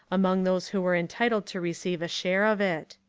among those who were entitled to receive a share of it.